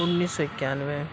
انیس سو اکیانوے